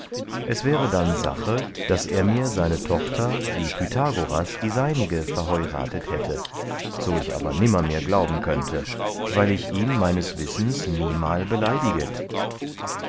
es wäre dann sache daß er mir seine tochter wie pythagoras die seinige verheuratet hätte so ich aber nimmermehr glauben könnte weil ich ihn meines wissens niemal beleidiget